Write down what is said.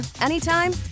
anytime